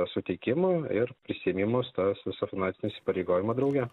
suteikimo ir prisiėmimo to viso finansinio įsipareigojimo drauge